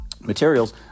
materials